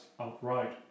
outright